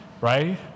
right